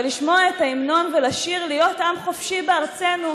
ולשמוע את ההמנון ולשיר "להיות עם חופשי בארצנו"